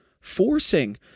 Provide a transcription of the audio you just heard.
Forcing